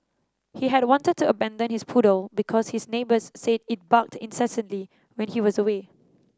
he had wanted to abandon his poodle because his neighbours said it barked incessantly when he was away